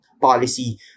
policy